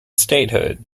statehood